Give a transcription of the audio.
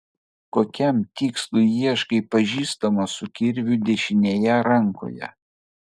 kokiam tikslui ieškai pažįstamo su kirviu dešinėje rankoje